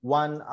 one